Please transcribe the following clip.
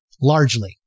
Largely